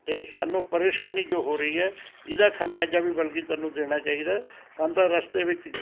ਅਤੇ ਸਾਨੂੰ ਪ੍ਰੇਸ਼ਾਨੀ ਜੋ ਹੋ ਰਹੀ ਹੈ ਇਹਦਾ ਖਮਿਆਜ਼ਾ ਵੀ ਬਲਕਿ ਤੈਨੂੰ ਦੇਣਾ ਚਾਹੀਦਾ ਸਾਨੂੰ ਤਾਂ ਰਸਤੇ ਵਿੱਚ